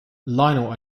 lionel